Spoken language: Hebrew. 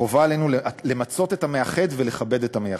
חובה עלינו למצות את המאחד ולכבד את המייחד.